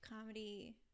comedy